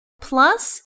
plus